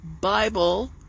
Bible